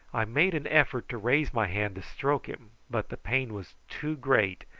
i made an effort to raise my hand to stroke him, but the pain was too great,